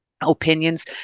opinions